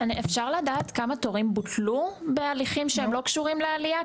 אפשר לדעת כמה תורים בוטלו בהליכים שהם לא קשורים לעלייה?